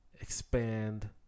Expand